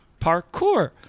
parkour